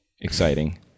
exciting